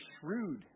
shrewd